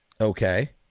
Okay